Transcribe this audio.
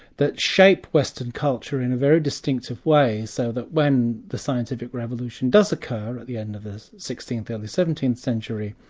that shape western culture in very distinctive ways, so that when the scientific revolution does occur at the end of the sixteenth early seventeenth century,